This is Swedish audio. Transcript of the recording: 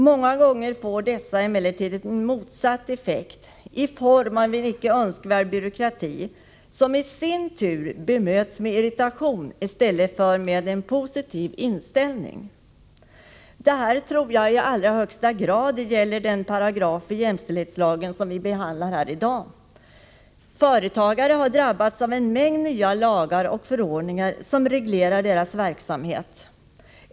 Många gånger får de emellertid en motsatt effekt i form av exempelvis icke önskvärd byråkrati som i sin tur bemöts med irritation i stället för med en positiv inställning.” Detta tror jag i allra högsta grad gäller den paragraf i jämställdhetslagen som vi behandlar i dag. Företagare har drabbats av en mängd nya lagar och förordningar som reglerar deras verksamhet.